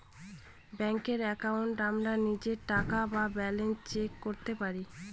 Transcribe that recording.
ব্যাঙ্কের একাউন্টে আমরা নিজের টাকা বা ব্যালান্স চেক করতে পারি